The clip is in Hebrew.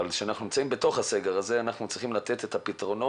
אבל כשאנחנו נמצאים בתוך הסגר הזה אנחנו צריכים לתת פתרונות